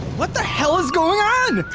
what the hell is going on?